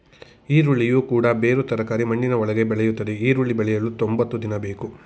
ಈರುಳ್ಳಿಯು ಕೂಡ ಬೇರು ತರಕಾರಿ ಮಣ್ಣಿನ ಒಳಗೆ ಬೆಳೆಯುತ್ತದೆ ಈರುಳ್ಳಿ ಬೆಳೆಯಲು ತೊಂಬತ್ತು ದಿನ ಬೇಕು